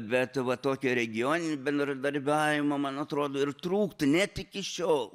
bet va tokio regioninio bendradarbiavimo man atrodo ir trūktų net iki šiol